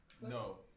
No